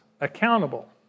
accountable